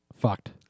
Fucked